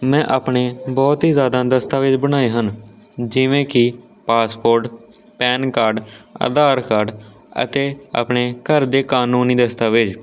ਮੈਂ ਆਪਣੇ ਬਹੁਤ ਹੀ ਜ਼ਿਆਦਾ ਦਸਤਾਵੇਜ ਬਣਾਏ ਹਨ ਜਿਵੇਂ ਕਿ passport PAN card Aadhaar card ਅਤੇ ਆਪਣੇ ਘਰ ਦੇ ਕਾਨੂੰਨੀ ਦਸਤਾਵੇਜ